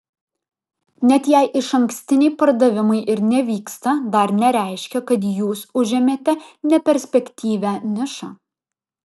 net jei išankstiniai pardavimai ir nevyksta dar nereiškia kad jūs užėmėte neperspektyvią nišą